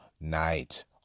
night